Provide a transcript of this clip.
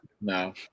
No